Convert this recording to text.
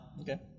Okay